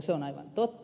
se on aivan totta